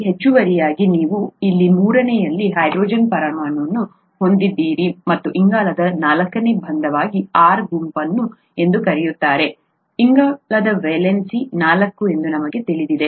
ಹೆಚ್ಚುವರಿಯಾಗಿ ನೀವು ಇಲ್ಲಿ ಮೂರನೇಯಲ್ಲಿ ಹೈಡ್ರೋಜನ್ ಪರಮಾಣುವನ್ನು ಹೊಂದಿದ್ದೀರಿ ಮತ್ತು ಇಂಗಾಲದ ನಾಲ್ಕನೇ ಬಂಧವಾಗಿ R ಗುಂಪು ಎಂದು ಕರೆಯುತ್ತಾರೆ ಇಂಗಾಲದ ವೇಲೆನ್ಸಿ ನಾಲ್ಕು ಎಂದು ನಿಮಗೆ ತಿಳಿದಿದೆ